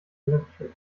electric